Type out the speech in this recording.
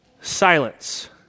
Silence